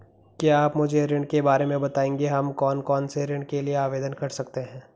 क्या आप मुझे ऋण के बारे में बताएँगे हम कौन कौनसे ऋण के लिए आवेदन कर सकते हैं?